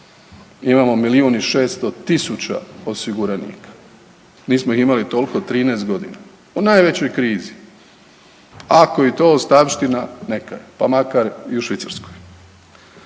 Imamo milijun i 600 000 osiguranika. Nismo ih imali toliko 13 godina, u najvećoj krizi. Ako je i to ostavština, neka je pa makar i u Švicarskoj.